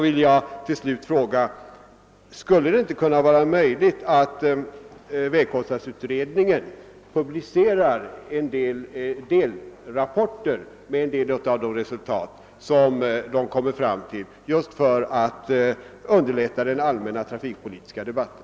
Till slut vill jag fråga: Skulle det inte kunna vara möjligt att låta vägkostnadsutredningen publicera delrapporter med vissa av de resultat den kommit fram till i syfte att underlätta den allmänna trafikpolitiska debatten?